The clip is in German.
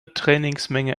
trainingsmenge